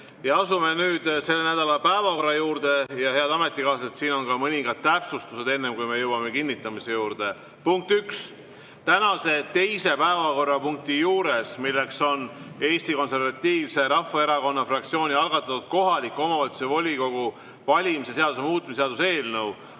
15. Asume nüüd selle nädala päevakorra juurde. Head ametikaaslased! Siin on ka mõningad täpsustused, enne kui me jõuame kinnitamise juurde. Punkt üks. Tänase teise päevakorrapunkti juures, milleks on Eesti Konservatiivse Rahvaerakonna fraktsiooni algatatud kohaliku omavalitsuse volikogu valimise seaduse muutmise seaduse eelnõu